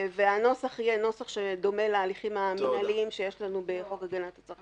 והנוסח יהיה דומה לזה שנקבע בהליכים המנהליים שיש לנו בחוק הגנת הצרכן.